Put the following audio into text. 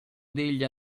degli